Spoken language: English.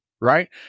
right